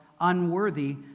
unworthy